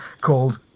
called